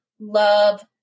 love